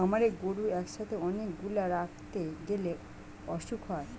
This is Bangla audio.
খামারে গরু একসাথে অনেক গুলা রাখতে গ্যালে অসুখ হয়